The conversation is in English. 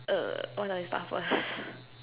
err why do I start first